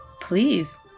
Please